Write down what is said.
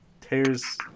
tears